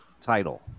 title